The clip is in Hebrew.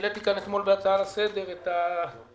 העליתי כאן אתמול בהצעה לסדר את התלונות.